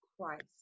Christ